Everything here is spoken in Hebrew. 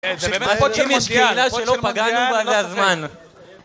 אם יש קהילה שלא פגענו, זה הזמן.